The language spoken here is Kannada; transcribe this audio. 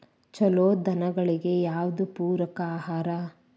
ಛಲೋ ದನಗಳಿಗೆ ಯಾವ್ದು ಪೂರಕ ಆಹಾರ?